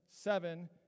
Seven